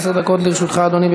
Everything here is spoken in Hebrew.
עשר דקות לרשותך, אדוני.